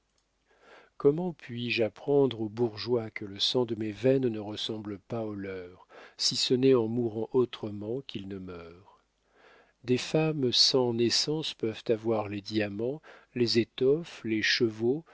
comment puis-je apprendre aux bourgeois que le sang de mes veines ne ressemble pas au leur si ce n'est en mourant autrement qu'ils ne meurent des femmes sans naissance peuvent avoir les diamants les étoffes les chevaux